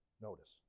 Notice